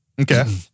Okay